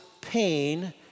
pain